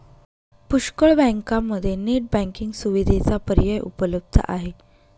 पुष्कळ बँकांमध्ये net banking सुविधेचा पर्याय उपलब्ध आहे